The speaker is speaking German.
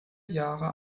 jahre